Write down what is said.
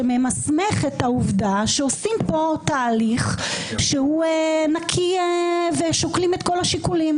שממסמך את העובדה שעושים פה תהליך שהוא נקי ושוקלים את כל השיקולים.